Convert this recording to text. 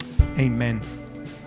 amen